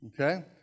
Okay